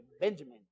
Benjamin